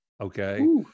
okay